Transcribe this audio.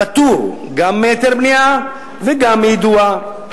פטור גם מהיתר בנייה וגם מיידוע.